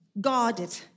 Guarded